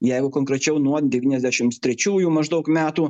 jeigu konkrečiau nuo devyniasdešims trečiųjų maždaug metų